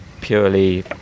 Purely